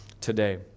today